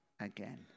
again